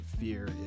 fear